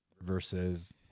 versus